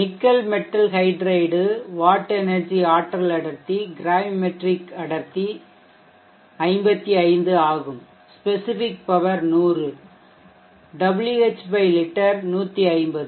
nickel metal hydride watt energy ஆற்றல் அடர்த்தி gravimetric அடர்த்தி 55ஆகும் ஸ்பெசிஃபிக் பவர் 100 Wh லிட்டர் 150